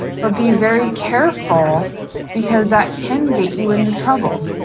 but be very careful because that can get you into trouble.